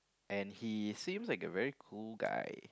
and he seem like a very cool guy